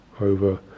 over